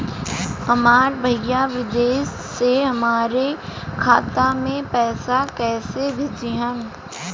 हमार भईया विदेश से हमारे खाता में पैसा कैसे भेजिह्न्न?